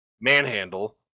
Manhandle